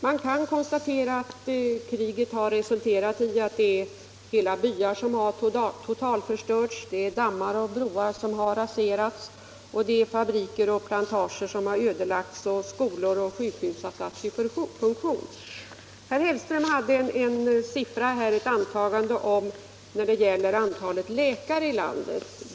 Man kan konstatera att kriget har resulterat i att hela byar totalförstörts, dammar och broar raserats, fabriker och plantager ödelagts, skolor och sjukhus satts ur funktion. Herr Hellström angav en siffra om antalet läkare i landet.